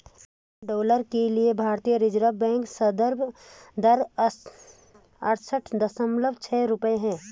अमेरिकी डॉलर के लिए भारतीय रिज़र्व बैंक संदर्भ दर अड़सठ दशमलव छह रुपये है